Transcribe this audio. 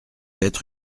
être